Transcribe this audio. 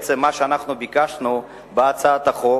מה שאנחנו ביקשנו בהצעת החוק